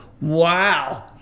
Wow